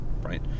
right